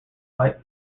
white